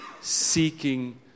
seeking